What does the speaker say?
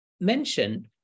mentioned